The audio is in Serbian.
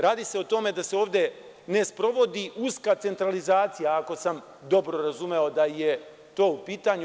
Radi se o tome da se ovde ne sprovodi uska centralizacija, ako sam dobro razumeo da je to u pitanju.